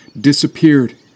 disappeared